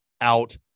out